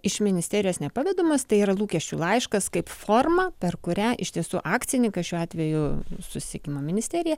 iš ministerijos nepavedamos tai yra lūkesčių laiškas kaip forma per kurią iš tiesų akcininkas šiuo atveju susisiekimo ministerija